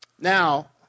Now